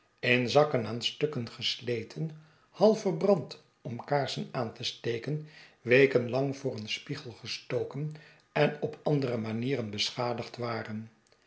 in zakken aan stukken gesleten half verbrand om kaarsen aan te steken weken lang voor een spiegel gestoken en op andere manieren beschadigd waren